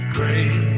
Great